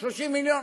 30 מיליון?